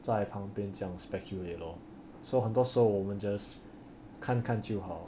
在旁边讲 speculate lor so 很多时候我们 just 看看就好